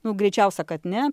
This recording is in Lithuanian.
nu greičiausia kad ne